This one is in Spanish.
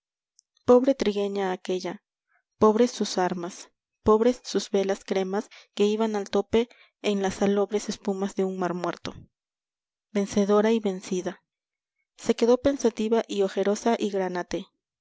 pobre trigueña aquella pobres sus ann ts pobres sus velas cremas que iban al tope en las salobres e pumas de un marmuerto vencedora y vencida se quedó pensativa y ojerosa y granate